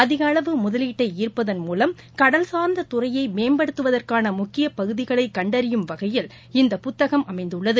அதிகஅளவு முதலீட்டைஈ்ப்பதன் மூலம் கடல்சார்ந்ததுறையமேம்படுத்துவதற்கானமுக்கியபகுதிகளைகண்டறியும் வகையில் இந்த புத்தகம் அமைந்துள்ளது